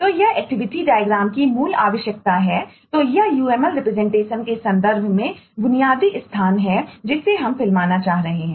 तो यह activity diagram के संदर्भ में बुनियादी स्थान है जिसे हम फिल्माना चाह रहे हैं